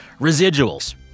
residuals